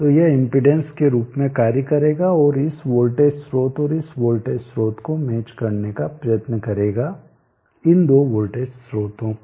तो यह इम्पीड़ेंस के रूप में कार्य करेगा और इस वोल्टेज स्रोत और इस वोल्टेज स्रोत को मेच करने का प्रयत्न करेगा इन दो वोल्टेज स्रोतों को